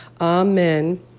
amen